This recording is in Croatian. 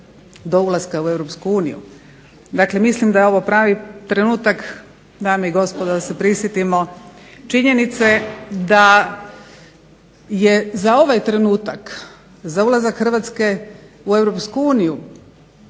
do ulaska u EU. Dakle, mislim da je ovo pravi trenutak dame i gospodo da se prisjetimo činjenice da je za ovaj trenutak, za ulazak Hrvatske u EU